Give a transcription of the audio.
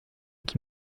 qui